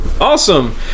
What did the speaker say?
Awesome